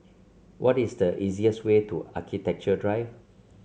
what is the easiest way to Architecture Drive